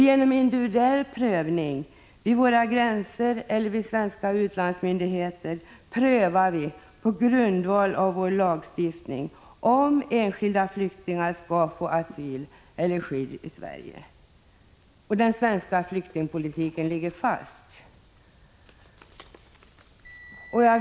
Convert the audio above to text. Genom individuell prövning vid våra gränser eller vid svenska utlandsmyndigheter fastställs på grundval av vår lagstiftning om enskilda flyktingar skall få asyl eller skydd i Sverige. Den svenska flyktingpolitiken ligger alltså fast.